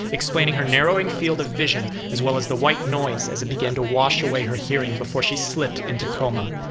explaining her narrowing field of vision as well as the white noise as it began to wash away her hearing before she slipped into coma.